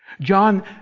John